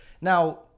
Now